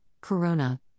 Corona